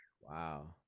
Wow